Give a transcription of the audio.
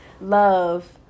Love